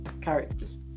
characters